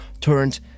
turned